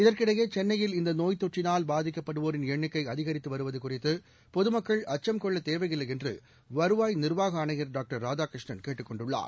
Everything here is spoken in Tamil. இதற்கிடையேசென்னையில் இந்தநோய் தொற்றினால் பாதிக்கப்படுவோரின் எண்ணிக்கைஅதிகரித்துவருவதுகுறித்தபொதுமக்கள் கொள்ளத் தேவையில்லைஎன்றுவருவாய் நிர்வாகஆணையர் டாக்டர் ராதாகிருஷ்ணன் கேட்டுக் கொண்டுள்ளார்